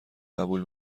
قبول